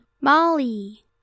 Molly